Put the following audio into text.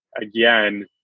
again